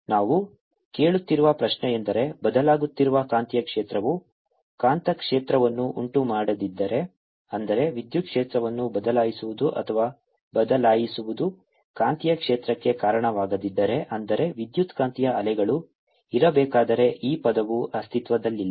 ನಾವು ಕೇಳುತ್ತಿರುವ ಪ್ರಶ್ನೆಯೆಂದರೆ ಬದಲಾಗುತ್ತಿರುವ ಕಾಂತೀಯ ಕ್ಷೇತ್ರವು ಕಾಂತಕ್ಷೇತ್ರವನ್ನು ಉಂಟುಮಾಡದಿದ್ದರೆ ಅಂದರೆ ವಿದ್ಯುತ್ ಕ್ಷೇತ್ರವನ್ನು ಬದಲಾಯಿಸುವುದು ಅಥವಾ ಬದಲಾಯಿಸುವುದು ಕಾಂತೀಯ ಕ್ಷೇತ್ರಕ್ಕೆ ಕಾರಣವಾಗದಿದ್ದರೆ ಅಂದರೆ ವಿದ್ಯುತ್ಕಾಂತೀಯ ಅಲೆಗಳು ಇರಬೇಕಾದರೆ ಈ ಪದವು ಅಸ್ತಿತ್ವದಲ್ಲಿಲ್ಲ